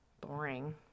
boring